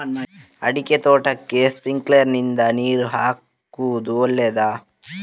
ಅಡಿಕೆ ತೋಟಕ್ಕೆ ಸ್ಪ್ರಿಂಕ್ಲರ್ ನಿಂದ ನೀರು ಹಾಕುವುದು ಒಳ್ಳೆಯದ?